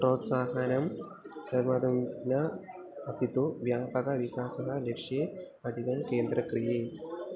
प्रोत्साहनं कर्तुं न अपि तु व्यापकविकासः लक्ष्ये अधिकं केन्द्रक्रिये